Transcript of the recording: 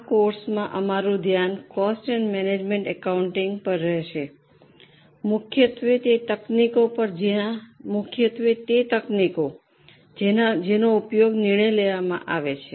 આ કોર્સમાં અમારું ધ્યાન કોસ્ટ એન્ડ મેનેજમેન્ટ એકાઉન્ટિંગ પર રહેશે મુખ્યત્વે તે તકનીકો પર જેનો ઉપયોગ નિર્ણય લેવામાં આવે છે